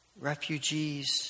Refugees